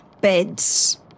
beds